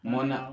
Mona